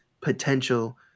potential